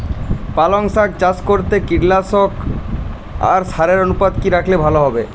পালং শাক চাষ করতে কীটনাশক আর সারের অনুপাত কি রাখলে ভালো হবে?